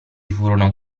furono